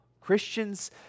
Christians